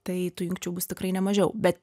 tai tų jungčių bus tikrai ne mažiau bet